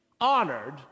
honored